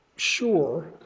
sure